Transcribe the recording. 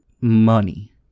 money